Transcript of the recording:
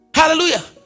hallelujah